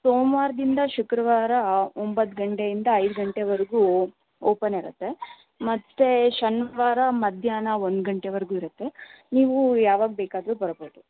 ಸೋಮವಾರದಿಂದ ಶುಕ್ರವಾರ ಒಂಬತ್ತು ಗಂಟೆಯಿಂದ ಐದು ಗಂಟೆವರೆಗೂ ಓಪನ್ ಇರತ್ತೆ ಮತ್ತೆ ಶನಿವಾರ ಮಧ್ಯಾಹ್ನ ಒಂದು ಗಂಟೆವರೆಗೂ ಇರತ್ತೆ ನೀವು ಯಾವಾಗ ಬೇಕಾದರೂ ಬರ್ಬೋದು